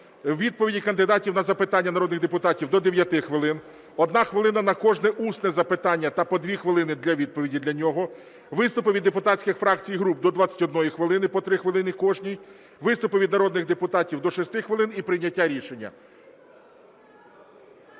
відповіді кандидатів на запитання народних депутатів – до 9 хвилин, 1 хвилина на кожне усне запитання та по 2 хвилини для відповіді для нього, виступи від депутатських фракцій і груп – до 21 хвилини, по 3 хвилини кожній, виступи від народних депутатів – до 6 хвилин і прийняття рішення.